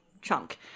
chunk